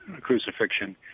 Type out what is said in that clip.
crucifixion